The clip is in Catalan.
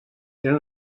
eren